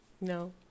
No